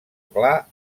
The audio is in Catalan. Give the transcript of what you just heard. clar